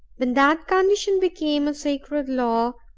when that condition became a sacred law,